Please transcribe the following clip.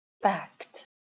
fact